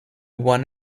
one